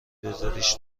بزاریش